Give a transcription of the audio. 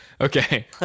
Okay